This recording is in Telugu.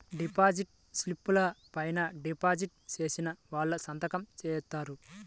డిపాజిట్ స్లిపుల పైన డిపాజిట్ చేసిన వాళ్ళు సంతకం జేత్తారు